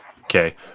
Okay